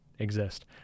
Exist